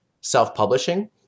self-publishing